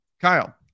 Kyle